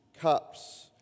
cups